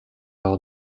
leur